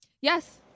Yes